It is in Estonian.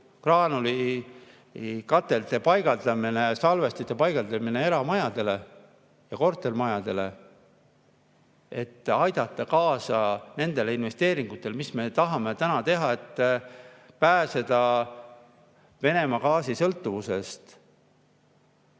puidugraanulikatelde paigaldamise, salvestite paigaldamise eramajadele ja kortermajadele, et aidata kaasa nendele investeeringutele, mis me tahame teha, et pääseda Venemaa gaasi sõltuvusest.